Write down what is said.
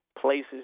places